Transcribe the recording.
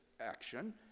action